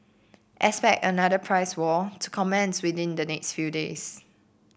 expect another price war to commence within the next few days